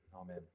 amen